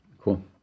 Cool